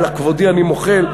על כבודי אני מוחל,